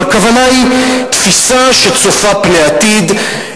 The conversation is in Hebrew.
אבל הכוונה היא תפיסה שצופה פני עתיד,